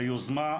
היוזמה,